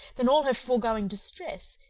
than all her foregoing distress,